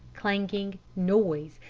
clanging noise,